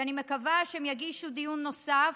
ואני מקווה שהן יגישו דיון נוסף,